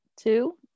two